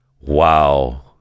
wow